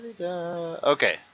Okay